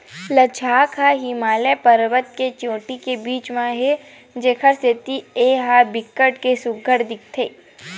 लद्दाख ह हिमालय परबत के चोटी के बीच म हे जेखर सेती ए ह बिकट के सुग्घर दिखथे